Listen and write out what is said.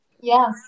Yes